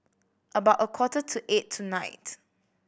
about a quarter to eight tonight